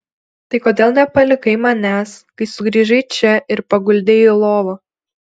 tai kodėl nepalikai manęs kai sugrįžai čia ir paguldei į lovą